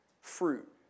fruit